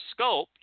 sculpt